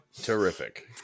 terrific